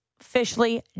officially